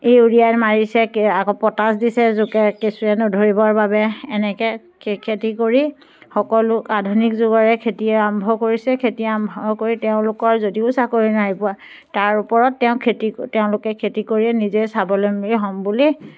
urea মাৰিছে আকৌ potash দিছে জোকে কেঁচুৱে নধৰিবৰ বাবে এনেকৈ খে খেতি কৰি সকলো আধুনিক যুগৰে খেতি আৰম্ভ কৰিছে খেতি আৰম্ভ কৰি তেওঁলোকৰ যদিও চাকৰি নাই পোৱা তাৰ ওপৰত তেওঁ খেতি তেওঁলোকে খেতি কৰিয়েই নিজে স্বাৱলম্বী হ'ম বুলি